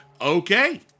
okay